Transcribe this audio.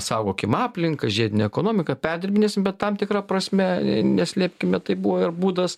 saugokim aplinką žiedinė ekonomika perdirbinėsim bet tam tikra prasme neslėpkime tai buvo ir būdas